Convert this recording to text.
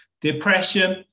depression